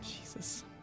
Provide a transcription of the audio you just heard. Jesus